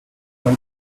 cinq